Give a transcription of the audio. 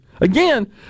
Again